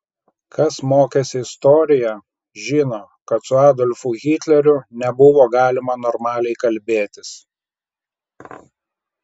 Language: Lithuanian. kas mokėsi istoriją žino kad su adolfu hitleriu nebuvo galima normaliai kalbėtis